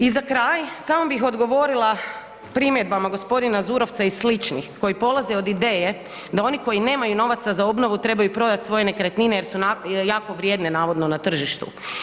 I za kraj, samo bih odgovorila primjedbama g. Zurovca i sličnih koji polaze od ideje da oni koji nemaju novaca za obnovu trebaju prodat svoje nekretnine jer su jako vrijedne navodno na tržištu.